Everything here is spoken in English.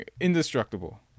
indestructible